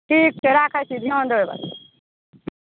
ठीक छै राखैत छी ध्यान देबै बच्चापर